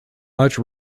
much